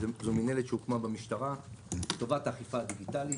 זאת מינהלת שהוקמה במשטרה לפני כשנתיים לטובת אכיפה דיגיטלית.